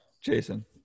Jason